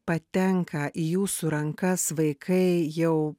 patenka į jūsų rankas vaikai jau